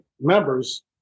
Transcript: members